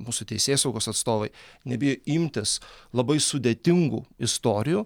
mūsų teisėsaugos atstovai nebijo imtis labai sudėtingų istorijų